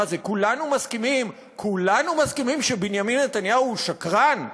מה זה, כולנו מסכימים שבנימין נתניהו הוא שקרן,